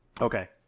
Okay